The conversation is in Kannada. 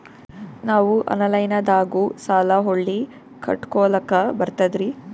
ನಾವು ಆನಲೈನದಾಗು ಸಾಲ ಹೊಳ್ಳಿ ಕಟ್ಕೋಲಕ್ಕ ಬರ್ತದ್ರಿ?